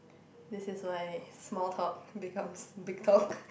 this is why small talk becomes big talk